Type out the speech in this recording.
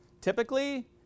typically